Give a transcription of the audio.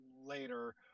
later